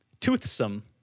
toothsome